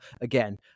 again